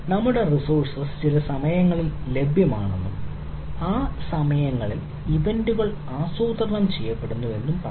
നമ്മളുടെ റിസോഴ്സ് ചില സമയങ്ങളിൽ ലഭ്യമാണെന്നും ആ സമയങ്ങളിൽ ഇവന്റുകൾ ആസൂത്രണം ചെയ്യപ്പെടുന്നുവെന്നും പറയുക